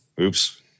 Oops